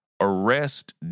arrest